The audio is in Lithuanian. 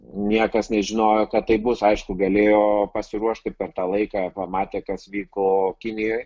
niekas nežinojo kad taip bus aišku galėjo pasiruošti per tą laiką pamatė kas vyko kinijoj